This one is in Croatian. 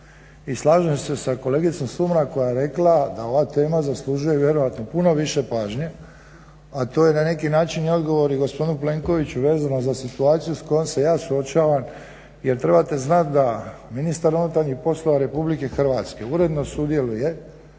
I slažem se sa kolegicom Sumrak koja je rekla da ova tema zaslužuje vjerojatno puno više pažnje a to je na neki način i odgovor i gospodinu Plenkoviću vezano za situaciju s kojom se ja suočavam jer trebate znati da ministar unutarnjih poslova RH uredno sudjeluje